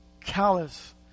callous